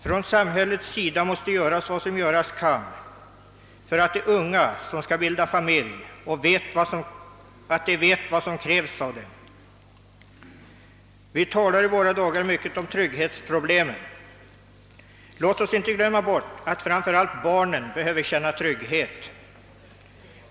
Från samhällets sida måste man göra vad som göras kan för att de unga som skall bilda familj skall veta vad som kräves av dem. Vi talar i våra dagar mycket om trygghetsproblemen. Låt oss då inte glömma att framför allt barnen behöver känna trygghet.